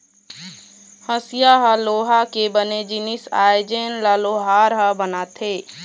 हँसिया ह लोहा के बने जिनिस आय जेन ल लोहार ह बनाथे